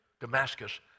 Damascus